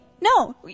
no